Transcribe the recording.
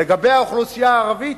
לגבי האוכלוסייה הערבית,